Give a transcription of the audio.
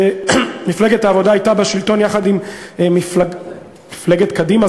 שמפלגת העבודה הייתה בשלטון יחד עם מפלגת קדימה,